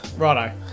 Righto